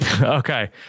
okay